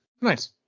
Nice